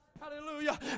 Hallelujah